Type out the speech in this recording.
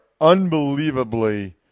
unbelievably